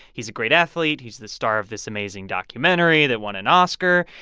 he's a great athlete. he's the star of this amazing documentary that won an oscar.